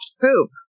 poop